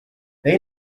they